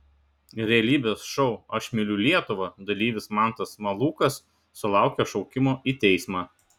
realybės šou aš myliu lietuvą dalyvis mantas malūkas sulaukė šaukimo į teismą